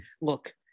Look